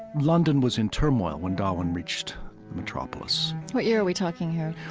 london was in turmoil when darwin reached metropolis what year are we talking here?